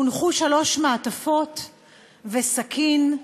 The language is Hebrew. הונחו שלוש מעטפות וסכין,